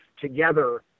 together